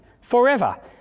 forever